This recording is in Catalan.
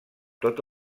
tot